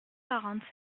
quarante